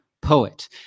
poet